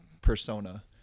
persona